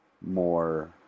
more